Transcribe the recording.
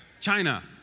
China